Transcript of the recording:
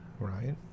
right